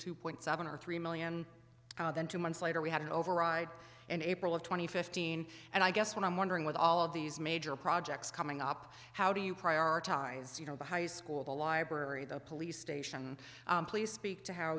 two point seven or three million now than two months later we had an override and april of two thousand and fifteen and i guess what i'm wondering with all of these major projects coming up how do you prioritize you know the high school the library the police station please speak to how